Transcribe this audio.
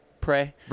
pray